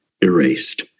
erased